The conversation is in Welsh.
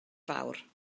fawr